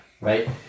right